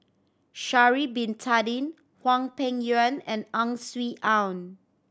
Sha'ari Bin Tadin Hwang Peng Yuan and Ang Swee Aun